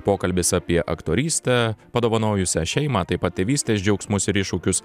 pokalbis apie aktorystę padovanojusią šeimą taip pat tėvystės džiaugsmus ir iššūkius